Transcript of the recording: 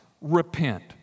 repent